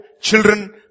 children